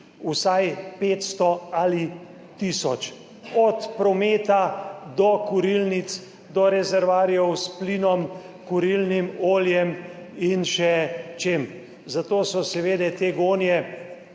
vsaj 500 ali tisoč, od prometa do kurilnic, rezervoarjev s plinom, kurilnim oljem in še čem. Zato so seveda te gonje